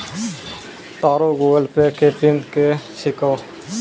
तोरो Google Pay के pin कि छौं?